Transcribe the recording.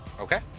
okay